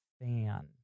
fan